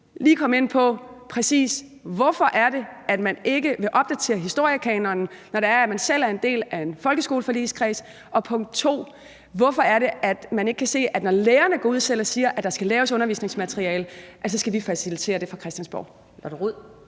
lige komme ind på, præcis hvorfor man ikke vil opdatere historiekanonen, når man selv er en del af folkeskoleforligskredsen, og hvorfor man ikke kan se, at når lærerne selv går ud og siger, at der skal laves undervisningsmateriale, så skal vi facilitere det fra Christiansborgs side?